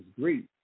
great